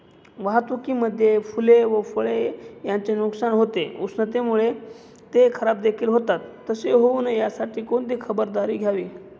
वाहतुकीमध्ये फूले व फळे यांचे नुकसान होते, उष्णतेमुळे ते खराबदेखील होतात तसे होऊ नये यासाठी कोणती खबरदारी घ्यावी?